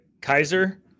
Kaiser